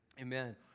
amen